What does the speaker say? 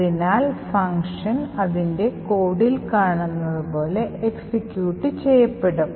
അതിനാൽ ഫംഗ്ഷൻ അതിൻറെ കോഡിൽ കാണുന്നതു പോലെ എക്സിക്യൂട്ട് ചെയ്യപ്പെടും